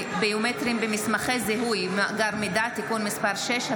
ביומטריים במסמכי זיהוי ובמאגר מידע (תיקון מס' 6),